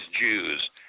Jews